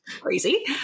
crazy